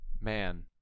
Man